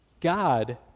God